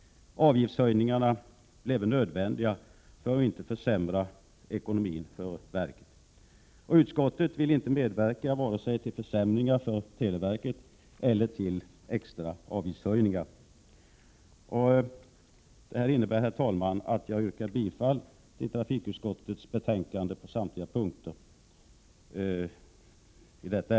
Avgiftshöjningar skulle bli nödvändiga för att inte försämra ekonomin för verket. Utskottet vill inte medverka till vare sig försämringar för televerket eller till extra avgiftshöjningar. Detta innebär, herr talman, att jag på samtliga punkter yrkar bifall till hemställan i trafikutskottets betänkande 28.